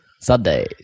Sunday